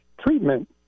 treatment